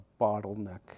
bottleneck